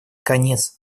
конец